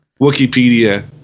Wikipedia